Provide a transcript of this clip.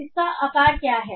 इसका आकार क्या है